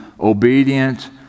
obedient